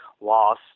loss